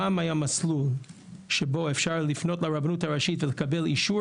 פעם היה מסלול שבו אפשר לפנות לרבנות הראשית ולקבל אישור,